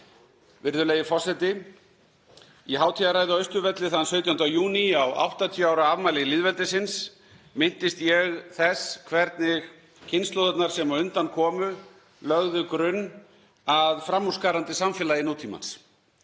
Virðulegi forseti. Í hátíðarræðu á Austurvelli þann 17. júní á 80 ára afmæli lýðveldisins minntist ég þess hvernig kynslóðirnar sem á undan komu lögðu grunn að framúrskarandi samfélagi nútímans.